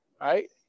right